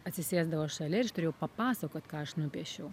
atsisėsdavo šalia ir aš turėjau papasakot ką aš nupiešiau